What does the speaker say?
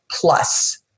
plus